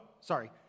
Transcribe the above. sorry